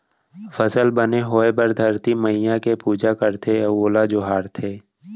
फसल बने होए बर धरती मईया के पूजा करथे अउ ओला जोहारथे